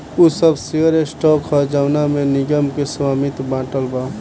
उ सब share stock ह जवना में निगम के स्वामित्व बाटल बा